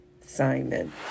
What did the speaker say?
Simon